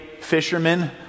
fishermen